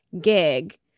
gig